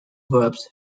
verbs